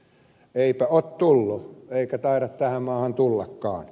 eipä ole tullut eikä taida tähän maahan tullakaan